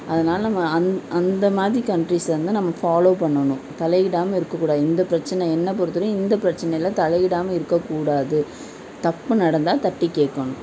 அதனால நம்ம அந் அந்த மாதிரி கண்ட்ரிஸ்ஸை வந்து நம்ம ஃபாலோவ் பண்ணணும் தலையிடாமல் இருக்கக்கூடாது இந்த பிரச்சனை என்னை பொறுத்தவரையும் இந்த பிரச்சனையில் தலையிடாமல் இருக்கக்கூடாது தப்பு நடந்தால் தட்டி கேட்கணும்